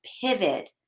pivot